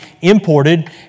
imported